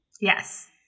Yes